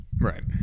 Right